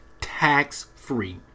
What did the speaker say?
tax-free